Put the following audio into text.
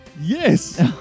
Yes